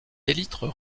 élytres